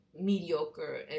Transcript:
mediocre